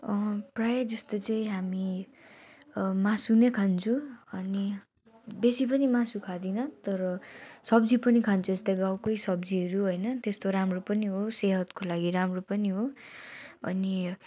प्रायः जस्तो चाहिँ हामी मासु नै खान्छौँ अनि बेसी पनि मासु खाँदैनौँ तर सब्जी पनि खान्छौँ यस्तै गाउँकै सब्जीहरू होइन त्यस्तो राम्रो पनि हो सेहतको लागि राम्रो पनि हो अनि